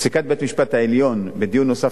פסיקת בית-המשפט העליון בדיון נוסף